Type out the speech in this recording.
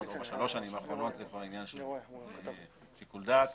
או בשלוש השנים האחרונות זה כבר עניין של שיקול דעת